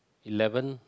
eleven